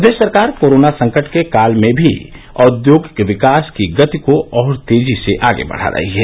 प्रदेश सरकार कोरोना संकट के काल में भी औद्योगिक विकास की गति को और तेजी से आगे बढ़ा रही है